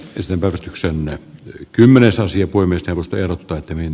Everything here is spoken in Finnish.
esimerkiksi ennen kymmenesosien voimistelusta ja päättäneen